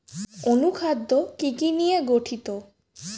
অনুখাদ্য কি কি নিয়ে গঠিত?